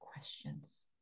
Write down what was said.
questions